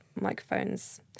microphones